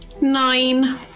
Nine